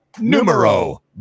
numero